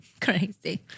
Crazy